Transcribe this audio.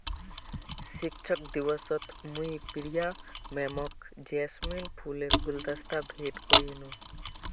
शिक्षक दिवसत मुई प्रिया मैमक जैस्मिन फूलेर गुलदस्ता भेंट करयानू